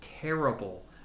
terrible